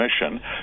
commission